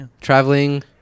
Traveling